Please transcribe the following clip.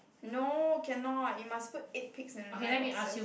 no cannot you must put eight pigs into nine boxes